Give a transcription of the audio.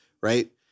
right